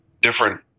different